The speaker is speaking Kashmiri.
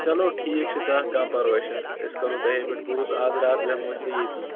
چَلو ٹھیٖک چھُ کانٛہہ کانٛہہ پَرواے چھُنہٕ أسۍ کَرو تۅہے پٮ۪ٹھ بَروسہٕ اَز رات بیٚہمو أسۍ وۅنۍ ییٚتی